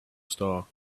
star